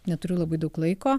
neturiu labai daug laiko